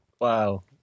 Wow